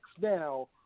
now